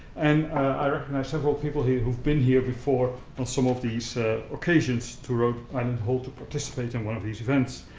and i recognize several people here who've been here before on some of these occasions to rhode and hope to participate in one of these events.